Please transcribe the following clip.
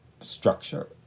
structure